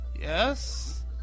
Yes